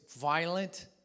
violent